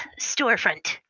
storefront